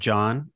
John